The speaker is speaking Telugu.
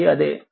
ఇది అదే